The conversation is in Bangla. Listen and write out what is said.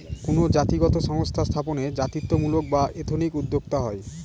কোনো জাতিগত সংস্থা স্থাপনে জাতিত্বমূলক বা এথনিক উদ্যোক্তা হয়